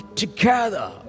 together